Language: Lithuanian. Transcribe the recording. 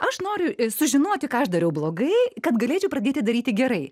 aš noriu sužinoti ką aš dariau blogai kad galėčiau pradėti daryti gerai